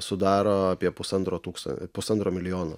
sudaro apie pusantro tūkstan pusantro milijono